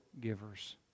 givers